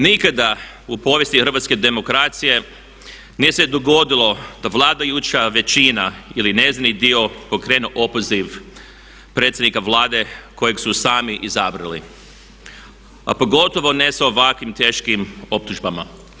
Nikada u povijesti hrvatske demokracije nije se dogodilo da vladajuća većina ili njezin dio pokrenu opoziv predsjednika Vlade kojeg su sami izabrali, a pogotovo ne sa ovakvim teškim optužbama.